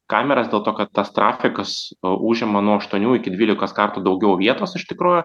kameras dėl to kad tas trafikas užima nuo aštuonių iki dvylikos kartų daugiau vietos iš tikrųjų